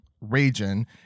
region